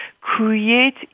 create